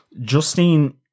justine